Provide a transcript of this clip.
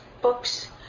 books